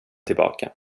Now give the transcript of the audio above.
tillbaka